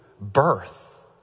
birth